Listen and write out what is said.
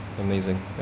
amazing